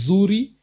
Zuri